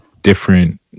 different